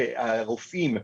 שהרופאים,